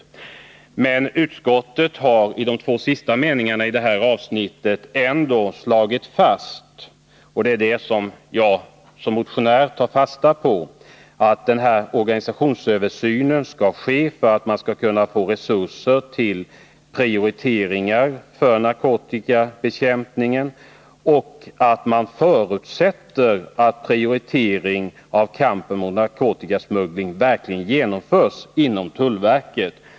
59 Men utskottet har i de två sista meningarna av det här avsnittet ändå slagit fast — och det är detta jag som motionär tar fasta på — att denna organisationsöversyn inom tullverket skall ske för att man skall kunna få resurser till prioriteringar av narkotikabekämpningen och att utskottet förutsätter att prioriteringen av kampen mot narkotikasmugglingen verkligen genomförs inom tullverket.